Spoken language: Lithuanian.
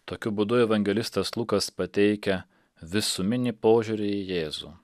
tokiu būdu evangelistas lukas pateikia visuminį požiūrį į jėzų